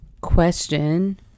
question